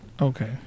Okay